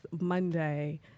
Monday